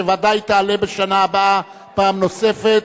שוודאי תעלה בשנה הבאה פעם נוספת,